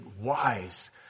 wise